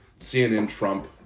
CNN-Trump